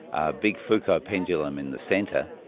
a big foucault pendulum in the centre,